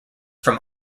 from